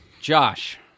Josh